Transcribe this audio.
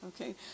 okay